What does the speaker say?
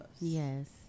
Yes